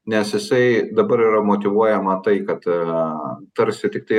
nes jisai dabar yra motyvuojama tai kad aaa tarsi tiktai